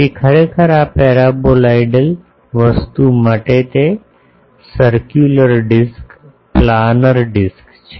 તેથી ખરેખર આ પેરાબોલાઇડ વસ્તુ માટે તે સરક્યુલર ડિસ્ક પ્લાનર ડિસ્ક છે